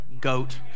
Goat